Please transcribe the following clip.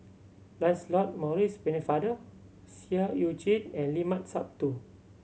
Lancelot Maurice Pennefather Seah Eu Chin and Limat Sabtu